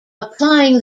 applying